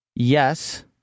Yes